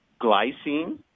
glycine